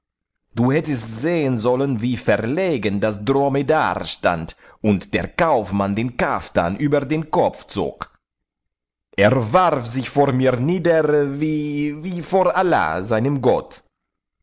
du hättest sehen sollen wie verlegen das dromedar stand und der kaufmann den kaftan über den kopf zog er warf sich vor mir nieder wie vor allah seinem gott